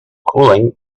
cooling